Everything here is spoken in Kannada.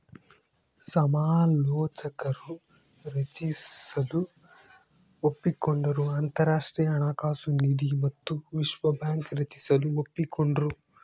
ಸಮಾಲೋಚಕರು ರಚಿಸಲು ಒಪ್ಪಿಕೊಂಡರು ಅಂತರಾಷ್ಟ್ರೀಯ ಹಣಕಾಸು ನಿಧಿ ಮತ್ತು ವಿಶ್ವ ಬ್ಯಾಂಕ್ ರಚಿಸಲು ಒಪ್ಪಿಕೊಂಡ್ರು